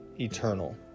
eternal